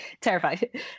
terrified